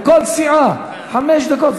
לכל סיעה חמש דקות,